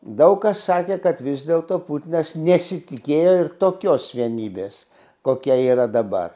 daug kas sakė kad vis dėlto putinas nesitikėjo ir tokios vienybės kokia yra dabar